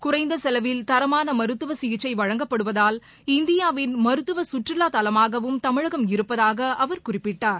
குறைந்தசெலவில் தரமாளமருத்துவசிகிச்சைவழங்கப்படுவதால் இந்தியாவின் மருத்துவகற்றுவாதவமாகவும் தமிழகம் இருப்பதாகஅவர் குறிப்பிட்டார்